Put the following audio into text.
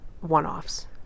one-offs